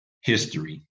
history